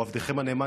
או עבדכם הנאמן,